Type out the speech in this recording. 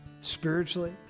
spiritually